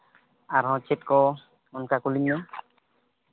ᱟᱨᱦᱚᱸ ᱪᱮᱫ ᱠᱚ ᱚᱱᱠᱟ ᱠᱩᱞᱤᱧ ᱵᱮᱱ